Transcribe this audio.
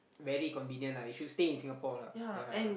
very convenient lah you should stay in Singapore lah ya